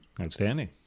Outstanding